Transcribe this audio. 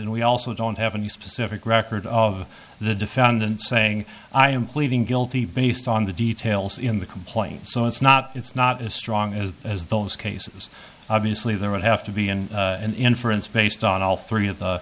and we also don't have a specific record of the defendant saying i am pleading guilty based on the details in the complaint so it's not it's not as strong as as those cases obviously there would have to be an inference based on all three of the